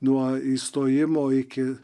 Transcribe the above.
nuo įstojimo iki